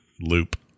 loop